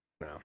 no